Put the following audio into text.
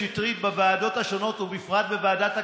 שטרית בוועדות השונות ובפרט בוועדת הכספים,